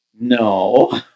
no